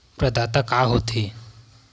प्रदाता का हो थे?